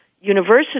University